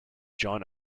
john